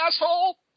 asshole